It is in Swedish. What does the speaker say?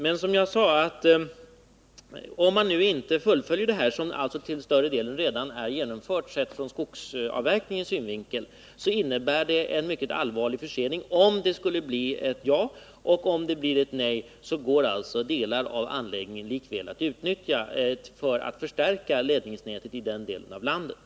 Men, som jag sade, om man nu inte fullföljer det här — skogsavverkningen äralltså till större delen genomförd — innebär det en mycket allvarlig försening om det skulle bli ett ja för kärnkraft vid folkomröstningen, och om det blir ett nej, går ju ändå delar av anläggningen att utnyttja för att förstärka ledningsnätet i den delen av landet.